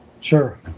Sure